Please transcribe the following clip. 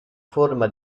forma